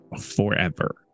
forever